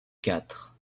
quatre